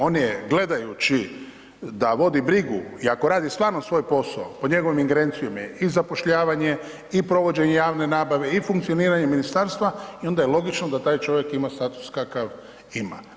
On je gledajući da vodi brigu i ako radi stvarno svoj posao pod njegovom ingerencijom je i zapošljavanje i provođenje javne nabave i funkcioniranje ministarstva, onda je logično da taj čovjek ima status kakav ima.